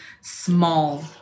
small